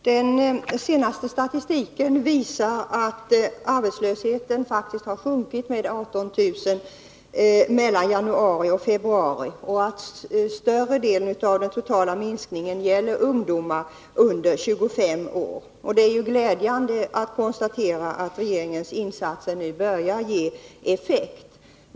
Herr talman! Den senaste statistiken visar att arbetslösheten faktiskt har sjunkit med 18 000 mellan januari och februari och att större delen av den totala minskningen gäller ungdomar under 25 år. Det är glädjande att konstatera att regeringens insatser nu börjar ge effekt.